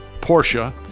Porsche